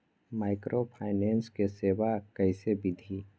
Microfinance के सेवा कइसे विधि?